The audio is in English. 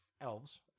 elves